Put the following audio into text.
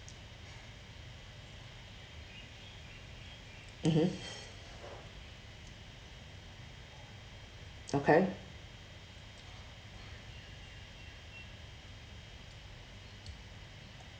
mmhmm okay